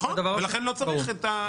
ולכן לא צריך את הצביעה הזאת.